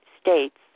states